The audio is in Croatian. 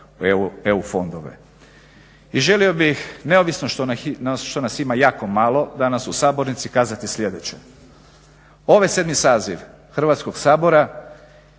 EU fondova. I želio bih neovisno što nas ima jako malo danas u sabornici, kazati sljedeće. Ovaj 7. saziv Hrvatskog sabora